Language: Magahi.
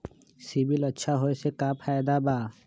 सिबिल अच्छा होऐ से का फायदा बा?